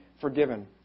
forgiven